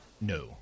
No